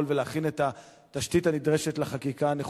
ולהכין את התשתית הנדרשת לחקיקה הנחוצה,